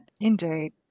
Indeed